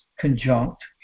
conjunct